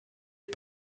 est